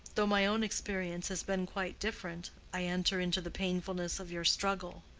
though my own experience has been quite different, i enter into the painfulness of your struggle.